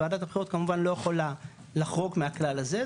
וועדת הבחירות כמובן לא יכולה לחרוג מהכלל הזה,